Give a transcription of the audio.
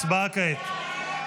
הצבעה כעת.